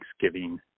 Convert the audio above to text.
Thanksgiving